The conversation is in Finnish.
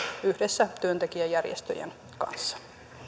yhdessä työntekijäjärjestöjen kanssa